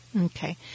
Okay